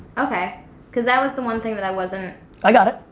okay cause that was the one thing that i wasn't i got it.